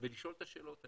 ולשאול את השאלות האלה.